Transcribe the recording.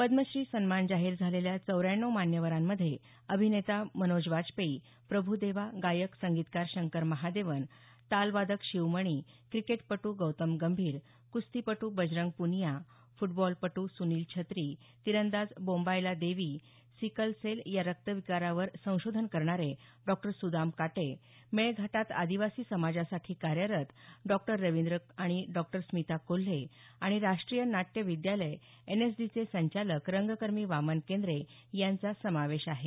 पद्मश्री सन्मान जाहीर झालेल्या चौऱ्याण्णव मान्यवरांमध्ये अभिनेता मनोज वाजपेयी प्रभुदेवा गायक संगीतकार शंकर महादेवन तालवादक शिवमणी क्रिकेटपटू गौतम गंभीर कुस्तीपटू बजरंग प्निया फुटबॉलपटू सुनील छेत्री तीरंदाज बोंबायला देवी सिकल सेल या रक्तविकारावर संशोधन करणारे डॉ सुदाम काटे मेळघाटात आदिवासी समाजासाठी कार्यरत डॉ रवींद्र आणि डॉ स्मिता कोल्हे आणि राष्ट्रीय नाट्य विद्यालय एनएसडीचे संचालक रंगकर्मी वामन केंद्रे यांचा समावेश आहे